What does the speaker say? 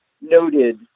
noted